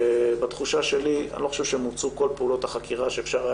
בתחושה שלי אני לא חושב שמוצו כל פעולות החקירה שאפשר היה